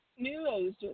news